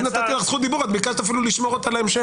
נתתי לך זכות דיבור, את ביקשת לשמור אותה להמשך.